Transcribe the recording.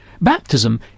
Baptism